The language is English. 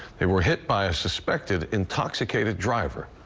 they were hit by a suspected intoxicated driver.